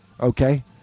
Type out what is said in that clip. Okay